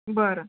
बरं